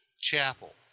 chapel